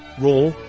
raw